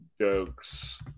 jokes